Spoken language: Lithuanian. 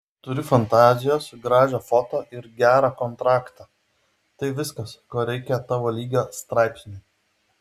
turi fantazijos gražią foto ir gerą kontraktą tai viskas ko reikia tavo lygio straipsniui